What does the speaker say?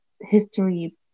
history